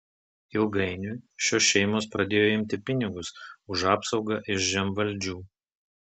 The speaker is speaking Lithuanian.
ilgainiui šios šeimos pradėjo imti pinigus už apsaugą iš žemvaldžių